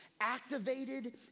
activated